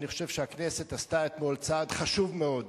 אני חושב שהכנסת עשתה אתמול צעד חשוב מאוד